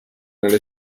nelle